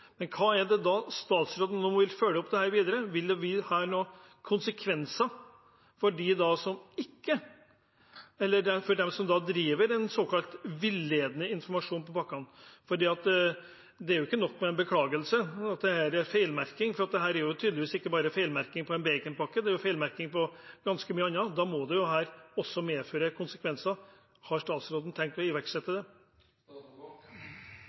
statsråden nå følge opp dette videre? Vil det bli noen konsekvenser for dem som driver med såkalt villedende informasjon på pakkene? Det er ikke nok med en beklagelse for en feilmerking, for det er tydeligvis ikke bare feilmerking på en baconpakke, det er feilmerking på ganske mye annet. Da må dette også medføre konsekvenser. Har statsråden tenkt å iverksette